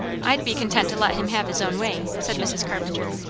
i'd be content to let him have his own way, said mrs. carpenter.